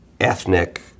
ethnic